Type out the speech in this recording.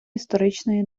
історичної